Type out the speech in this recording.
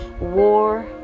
war